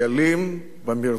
במרדפים האלה,